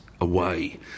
away